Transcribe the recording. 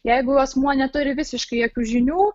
jeigu asmuo neturi visiškai jokių žinių